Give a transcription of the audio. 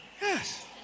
Yes